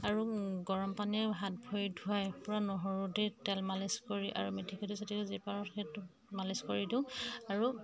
আৰু গৰম পানীয়ে হাত ভৰি ধুৱাই পূৰা নহৰু দি তেল মালিচ কৰি আৰু মেথি গুটি চেথি গুটি যি পাৰো সেইটো মালিচ কৰি দিওঁ আৰু